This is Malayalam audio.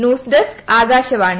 ന്യൂസ്ഡെസ്ക് ആകാശവാണി